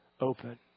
open